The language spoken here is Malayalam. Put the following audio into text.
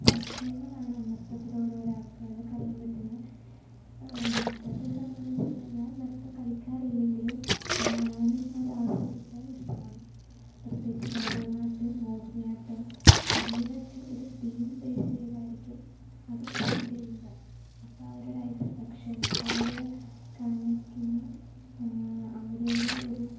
സ്വപ്നങ്ങളാണ് നൃത്തത്തിലൂടെ ഒരാൾക്ക് അറിയാൻ പറ്റുന്നത് നൃത്തത്തെ സംബന്ധിച്ചു ഞാൻ നൃത്തം കളിക്കാറില്ലെങ്കിലും കാണാനും അത് ആസ്വദിക്കാനും ഇഷ്ടമാണ് പ്രത്യേകിച്ചു ഭരതനാട്യം മോഹിനിയാട്ടം എന്നിവയൊക്കെ ഒരു തീം ബേസ് ചെയ്തായിരിക്കും അത് പ്രസൻ്റ് ചെയ്യുന്നത് അപ്പം അവരുടെ എക്സ്പ്രക്ഷൻ അവർ കാണിക്കുന്ന അവരുടെ ഒരു